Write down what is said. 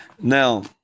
Now